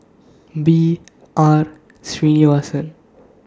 B R Sreenivasan